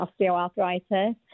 osteoarthritis